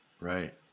Right